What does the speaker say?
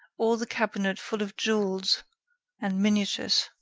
all the cabinet full of jewels and miniatures.